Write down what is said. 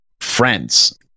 Friends